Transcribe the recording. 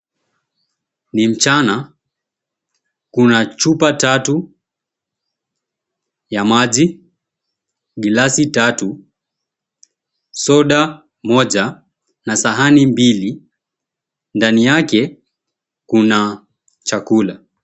Ni mchana, kuna chupa tatu. Ya maji, gilasi tatu, soda moja na sahani mbili ndani yake kuna chakula.